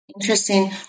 Interesting